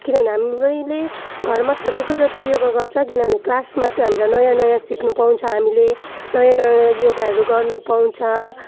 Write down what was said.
किनभने हाम्रोले घरमा सकेको जति योगा गर्छ किनभने क्लासमा चाहिँ हामीलाई नयाँ नयाँ सिक्नु पाउँछ हामीले नयाँ नयाँ योगाहरू गर्नु पाउँछ